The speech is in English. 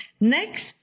Next